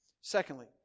Secondly